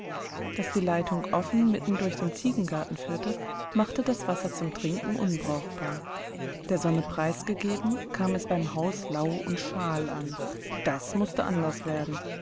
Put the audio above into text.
daß die leitung offen mitten durch den ziegengarten führte machte das wasser zum trinken unbrauchbar der sonne preisgegeben kam es beim haus lau und schal an das mußte anders werden